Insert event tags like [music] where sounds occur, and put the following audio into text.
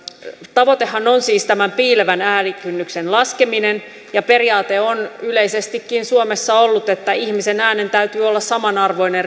tavoitehan on siis tämän piilevän äänikynnyksen laskeminen periaate on yleisestikin suomessa ollut että ihmisen äänen täytyy olla samanarvoinen [unintelligible]